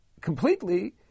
completely